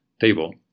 table